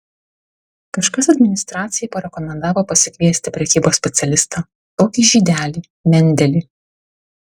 kažkas administracijai parekomendavo pasikviesti prekybos specialistą tokį žydelį mendelį